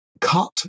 cut